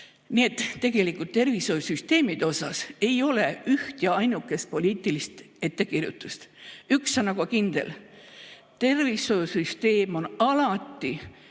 Nii et tegelikult tervishoiusüsteemide kohta ei ole üht ja ainukest poliitilist ettekirjutust. Üks on aga kindel: tervishoiusüsteem on alati